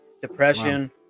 depression